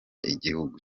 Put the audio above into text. igihugu